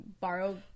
borrow